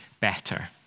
better